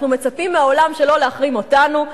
אנחנו מצפים מהעולם שלא להחרים אותנו,